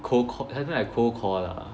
co~ cold call that's why I call cold call lah